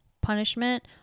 punishment